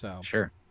Sure